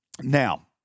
Now